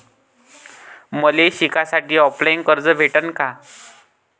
मले शिकासाठी ऑफलाईन कर्ज भेटन का?